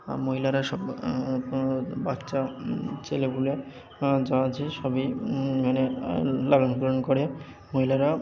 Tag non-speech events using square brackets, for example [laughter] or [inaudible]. আর মহিলারা সব [unintelligible] বাচ্চা ছেলেপুলে যা আছে সবই মানে লালন পালন করে মহিলারা